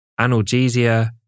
analgesia